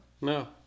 No